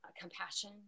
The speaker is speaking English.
compassion